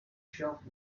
shelf